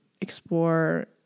explore